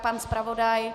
Pan zpravodaj?